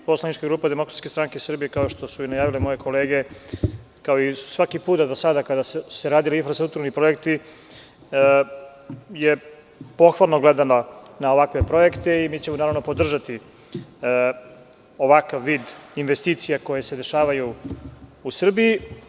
Poslanička grupa DSS kao što su i najavile moje kolege, kao i svaki put do sada kada su se radili infrastrukturni projekti je pohvalno gledala na ovakve projekte i mi ćemo podržati ovakav vid investicija koje se dešavaju u Srbiji.